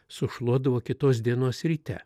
sušluodavo kitos dienos ryte